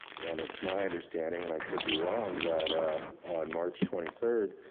and it's my understanding, and i could be wrong that on march twenty third,